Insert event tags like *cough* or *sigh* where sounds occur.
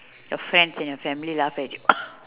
your friends and your family laughed at you *coughs*